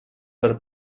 per